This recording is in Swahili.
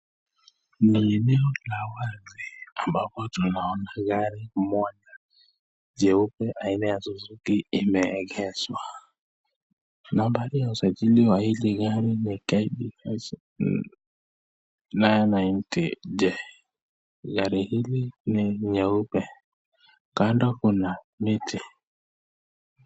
Ni eneo la wazi ambapo tunaona gari moja jeupe aina ya suzuki imeegeshwa. Nambari ya usajili wa hili gari ni KDH 990J. Gari hili ni nyeupe. Kando kuna miti.